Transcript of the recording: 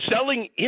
Selling